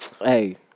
Hey